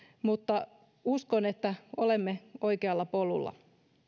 mutta uskon että olemme oikealla polulla